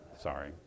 Sorry